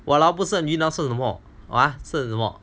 !walao! 不吃鱼要吃什么吃什么